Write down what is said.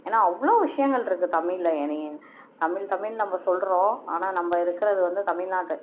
ஏன்னா அவ்வளோ விஷயங்கள்ருக்கு தமிழில் தமிழ் தமிழ்னு நம்ம சொல்கிறோம் ஆனால் நம்ம இருக்கிறது வந்து தமிழ்நாடு